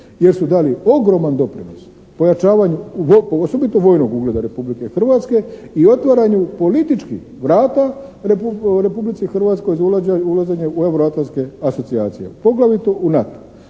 jer su dali ogroman doprinos pojačavanju osobito vojnog ugleda Republike Hrvatske i otvaranju političkih vrata Republici Hrvatskoj za ulazenje u euroatlantske asocijacije, poglavito u NATO,